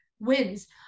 wins